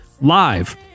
live